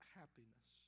happiness